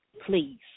please